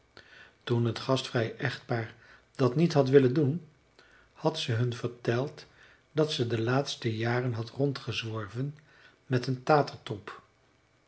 toen het gastvrij echtpaar dat niet had willen doen had ze hun verteld dat ze de laatste jaren had rondgezworven met een